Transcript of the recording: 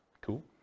Cool